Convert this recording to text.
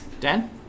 Dan